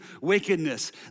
wickedness